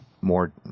more